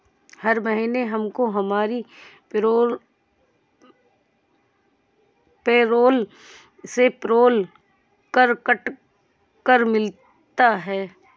हर महीने हमको हमारी पेरोल से पेरोल कर कट कर मिलता है